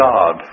God